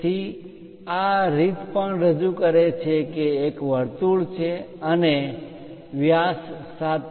તેથી આ રીત પણ રજૂ કરે છે કે એક વર્તુળ છે અને વ્યાસ 7